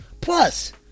Plus